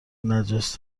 نجس